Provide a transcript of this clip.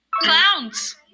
clowns